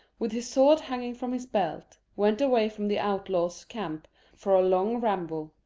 with his sword hanging from his belt, went away from the outlaws' camp for a long ramble.